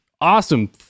awesome